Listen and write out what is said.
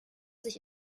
sich